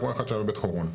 אירוע אחד שהיה בבית חורון.